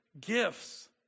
gifts